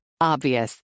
Obvious